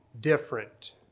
different